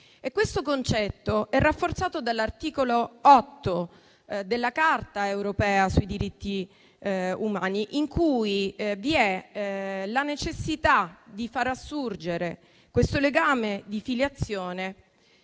Questo concetto è rafforzato dall'articolo 8 della Carta europea sui diritti umani, in cui vi è la necessità di far assurgere questo legame di filiazione